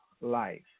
life